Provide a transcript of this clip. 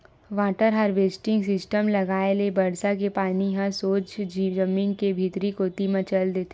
water harvesting system लगाए ले बरसा के पानी ह सोझ जमीन के भीतरी कोती म चल देथे